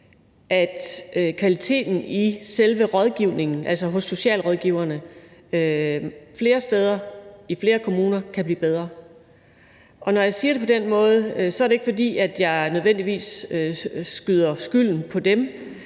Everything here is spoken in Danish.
at kvaliteten i selve rådgivningen, altså hos socialrådgiverne, i flere kommuner kan blive bedre. Og når jeg siger det på den måde, er det ikke, fordi jeg nødvendigvis skyder skylden på dem,